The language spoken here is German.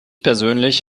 persönlich